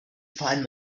find